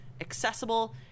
accessible